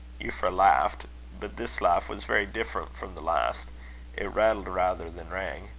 euphra laughed but this laugh was very different from the last it rattled rather than rang.